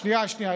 שנייה, שנייה.